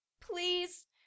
Please